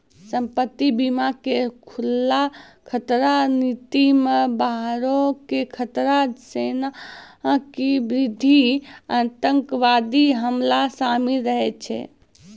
संपत्ति बीमा के खुल्ला खतरा नीति मे बाहरो के खतरा जेना कि युद्ध आतंकबादी हमला शामिल रहै छै